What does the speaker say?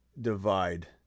divide